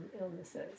illnesses